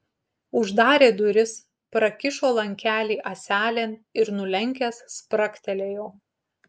uždarė duris prakišo lankelį ąselėn ir nulenkęs spragtelėjo